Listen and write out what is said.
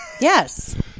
Yes